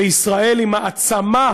שישראל היא מעצמה,